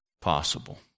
possible